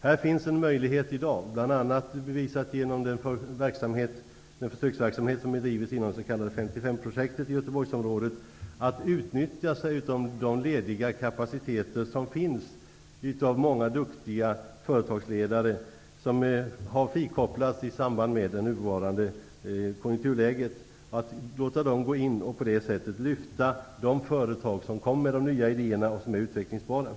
Det finns en möjlighet i dag, vilket bevisas bl.a. av den försöksverksamhet som bedrivs inom det s.k. 55-projektet i Göteborgsområdet, att utnyttja den lediga kapacitet som finns i form av många duktiga företagsledare som friställts på grund av det nuvarande konjunkturläget. De skulle kunna gå in och lyfta de företag som har de nya idéerna och som är utvecklingsbara.